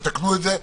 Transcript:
תתקנו את זה,